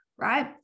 right